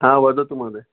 हा वदतु महोदय